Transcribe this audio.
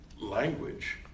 language